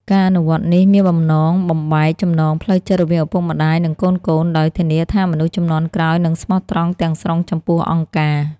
ការអនុវត្តនេះមានបំណងបំបែកចំណងផ្លូវចិត្តរវាងឪពុកម្តាយនិងកូនៗ ដោយធានាថាមនុស្សជំនាន់ក្រោយនឹងស្មោះត្រង់ទាំងស្រុងចំពោះអង្គការ។